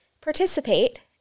participate